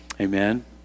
amen